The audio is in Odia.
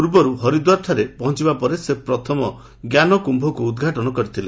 ପୂର୍ବରୁ ହରିଦ୍ୱାରଠାରେ ପହଞ୍ଚବା ପରେ ସେ ପ୍ରଥମ ଜ୍ଞାନକ୍ୟୁକ୍ ଉଦ୍ଘାଟନ କରିଥିଲେ